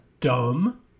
dumb